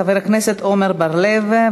חבר הכנסת עמר בר-לב,